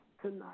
tonight